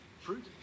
Fruit